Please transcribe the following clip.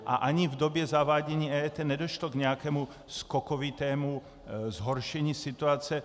A ani v době zavádění EET nedošlo k nějakému skokovitému zhoršení situace.